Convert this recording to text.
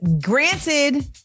granted